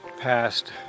past